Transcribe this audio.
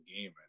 game